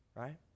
Right